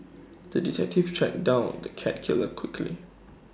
the detective tracked down the cat killer quickly